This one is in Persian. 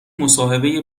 مصاحبه